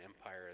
Empire